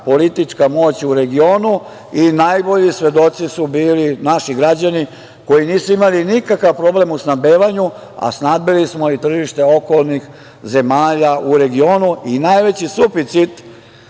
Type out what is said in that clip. moć u regionu i najbolji svedoci su bili naši građani koji nisu imali nikakav problem u snabdevanju, a snabdeli smo i tržište okolnih zemalja u regionu i najveći suficit